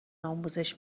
آموزش